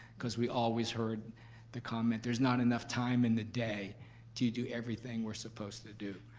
because we always heard the comment there's not enough time in the day to do everything we're supposed to do.